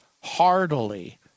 heartily